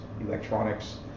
electronics